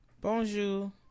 Bonjour